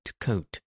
coat